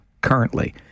currently